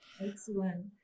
Excellent